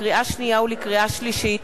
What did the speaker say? לקריאה שנייה ולקריאה שלישית,